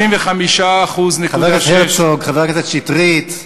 חבר הכנסת הרצוג, חבר הכנסת שטרית,